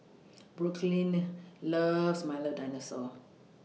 Brooklynn loves Milo Dinosaur